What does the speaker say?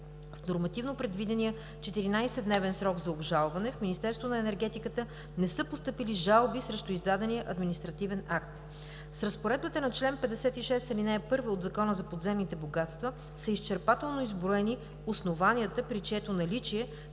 В нормативно предвидения 14-дневен срок за обжалване в Министерството на енергетиката не са постъпили жалби срещу издадения административен акт. С Разпоредбата на чл. 56, ал. 1 от Закона за подземните богатства са изчерпателно изброени основанията, при чието наличие